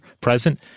present